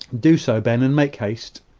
do so, ben and make haste.